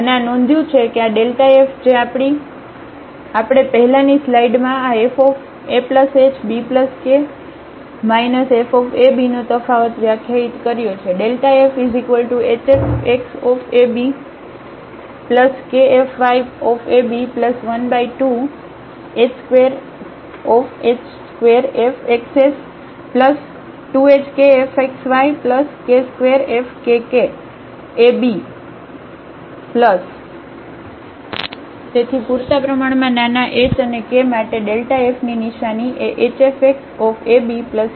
અને આ નોંધ્યું છે કે આ f જે આપણે પહેલાની સ્લાઇડમાં આ fahbk fab નો તફાવત વ્યાખ્યાયિત કર્યો છે fhfxabkfyab12h2fxx2hkfxyk2fkkab તેથી પૂરતા પ્રમાણમાં નાના hk માટેfની નિશાની એ hfxabkfyab